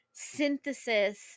synthesis